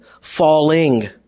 falling